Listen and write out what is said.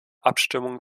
abstimmung